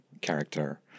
character